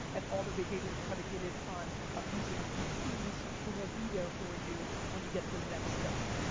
and all their behavior is predicated on appeasing vcs who won't be there for you when you get to the next step.